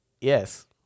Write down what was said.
yes